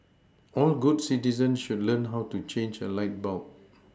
all good citizens should learn how to change a light bulb